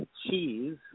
Cheese